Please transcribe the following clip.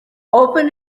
open